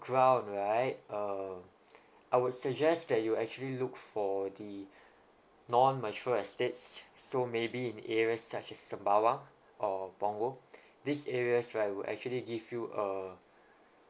ground right um I would suggest that you actually look for the non mature estates so maybe in areas such as sembawang or punggol these areas right will actually give you err